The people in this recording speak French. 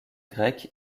grec